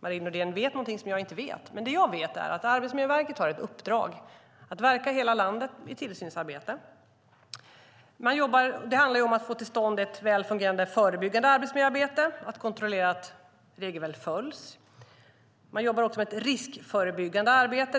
Marie Nordén vet någonting som jag inte vet. Det jag vet är att Arbetsmiljöverket har ett uppdrag att verka i hela landet i tillsynsarbete. Det handlar om att få till stånd ett välfungerande förebyggande arbetsmiljöarbete och att kontrollera att regelverket följs. Man jobbar också med ett riskförebyggande arbete.